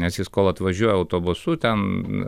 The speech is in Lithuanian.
nes jis kol atvažiuoja autobusu ten